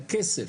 הכסף.